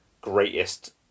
greatest